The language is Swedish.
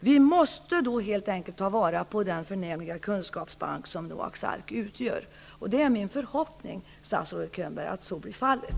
Vi måste helt enkelt ta vara på den förnämliga kunskapsbank som Noaks ark utgör. Det är min förhoppning att så blir fallet, statsrådet Könberg.